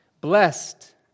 Blessed